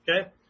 Okay